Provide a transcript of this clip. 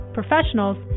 professionals